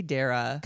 Dara